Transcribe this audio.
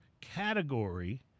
category